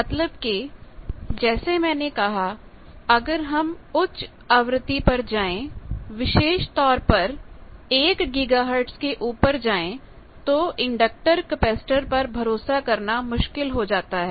मतलब कि जैसे मैंने कहा अगर हम उच्च आवृत्ति पर जाएं विशेष तौर पर एक गीगाहर्ट के ऊपर जाएं तो इंडक्टर कैपेसिटर पर भरोसा करना मुश्किल हो जाता है